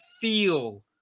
feel